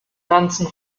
ganzen